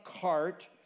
cart